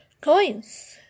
coins